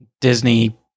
Disney